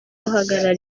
guhagarara